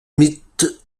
mythes